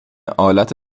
آلت